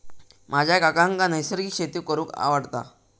माझ्या काकांका नैसर्गिक शेती करूंक आवडता